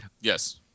Yes